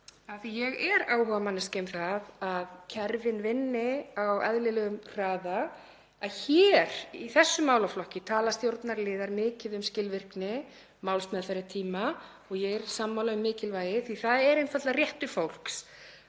að ég er áhugamanneskja um að kerfin vinni á eðlilegum hraða, að hér í þessum málaflokki tala stjórnarliðar mikið um skilvirkni málsmeðferðartíma — og ég er sammála um mikilvægið því það er einfaldlega réttur fólks